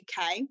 UK